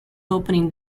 opening